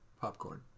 popcorn